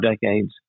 decades